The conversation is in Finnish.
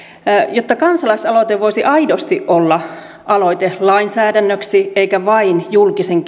jotta kansalaisaloite voisi aidosti olla aloite lainsäädännöksi eikä vain julkisen